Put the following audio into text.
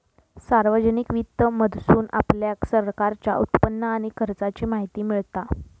सार्वजनिक वित्त मधसून आपल्याक सरकारचा उत्पन्न आणि खर्चाची माहिती मिळता